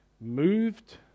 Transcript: Moved